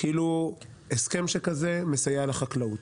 כאילו הסכם שכזה מסייע לחקלאות,